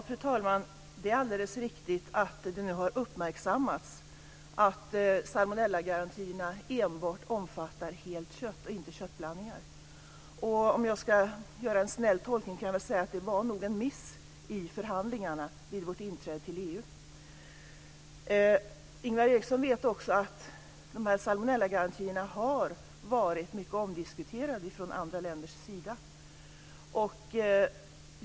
Fru talman! Det är alldeles riktigt att det nu har uppmärksammats att salmonellagarantierna enbart omfattar helt kött och inte köttblandningar. Om jag ska göra en snäll tolkning så kan jag säga att det nog var en miss i förhandlingarna vid vårt inträde till EU. Ingvar Eriksson vet också att salmonellagarantierna har varit mycket omdiskuterade från andra länders sida.